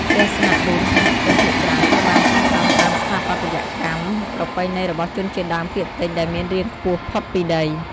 ផ្ទះស្នាក់រួមសហគមន៍ភាគច្រើនត្រូវបានសាងសង់តាម ស្ថាបត្យកម្ម ប្រពៃណីរបស់ជនជាតិដើមភាគតិច ដែលមានរាងខ្ពស់ផុតពីដី។